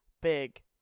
big